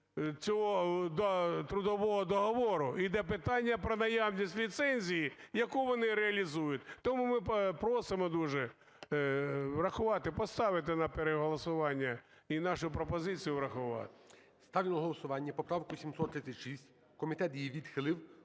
цього трудового договору. Іде питання про наявність ліцензії, яку вони реалізують. Тому ми просимо дуже врахувати, поставити на переголосування і нашу пропозицію врахувати. ГОЛОВУЮЧИЙ. Ставлю на голосування поправку 736. Комітет її відхилив.